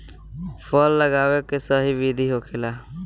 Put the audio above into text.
फल लगावे के सही विधि का होखेला?